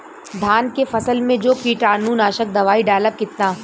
धान के फसल मे जो कीटानु नाशक दवाई डालब कितना?